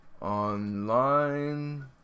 online